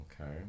Okay